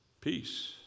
Peace